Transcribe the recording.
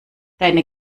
deine